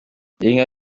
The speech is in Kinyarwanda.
inka